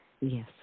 yes